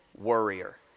worrier